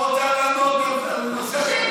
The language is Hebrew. את לא רוצה לענות לי על הנושא,